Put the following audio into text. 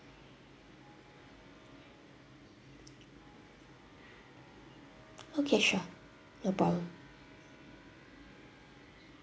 okay sure no problem